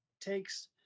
takes